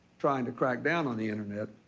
trying to crack down on the internet.